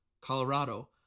Colorado